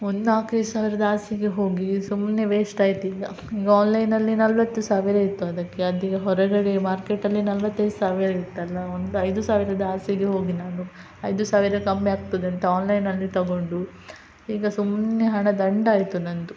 ಒಂದು ನಾಲ್ಕೈದು ಸಾವಿರದ ಆಸೆಗೆ ಹೋಗಿ ಸುಮ್ಮನೆ ವೇಸ್ಟ್ ಆಯ್ತು ಈಗ ಈಗ ಆನ್ಲೈನಲ್ಲಿ ನಲ್ವತ್ತು ಸಾವಿರ ಇತ್ತು ಅದಕ್ಕೆ ಅದು ಈಗ ಹೊರಗಡೆ ಮಾರ್ಕೆಟಲ್ಲಿ ನಲ್ವತ್ತೈದು ಸಾವಿರ ಇರುತ್ತಲ್ಲ ಒಂದು ಐದು ಸಾವಿರದ ಆಸೆಗೆ ಹೋಗಿ ನಾನು ಐದು ಸಾವಿರ ಕಮ್ಮಿ ಆಗ್ತದೆ ಅಂತ ಆನ್ಲೈನಲ್ಲಿ ತೊಗೊಂಡು ಈಗ ಸುಮ್ಮನೆ ಹಣ ದಂಡ ಆಯಿತು ನನ್ನದು